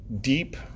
deep